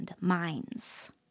minds